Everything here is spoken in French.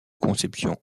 conception